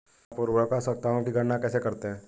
आप उर्वरक आवश्यकताओं की गणना कैसे करते हैं?